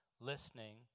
listening